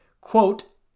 Quote